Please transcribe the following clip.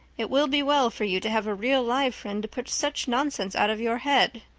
it will be well for you to have a real live friend to put such nonsense out of your head.